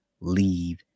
leave